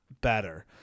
better